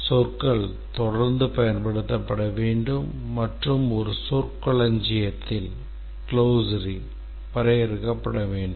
சொற்கள் தொடர்ந்து பயன்படுத்தப்பட வேண்டும் மற்றும் ஒரு சொற்களஞ்சியத்தில் வரையறுக்கப்பட வேண்டும்